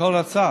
לכל הצעה?